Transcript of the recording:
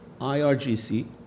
IRGC